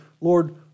Lord